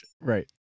right